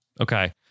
Okay